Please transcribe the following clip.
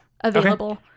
available